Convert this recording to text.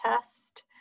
test